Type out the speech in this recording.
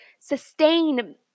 sustain